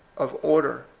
of order,